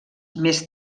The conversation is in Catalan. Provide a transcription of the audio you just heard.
més